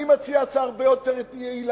אני מציע הצעה יותר יעילה: